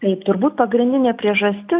tai turbūt pagrindinė priežastis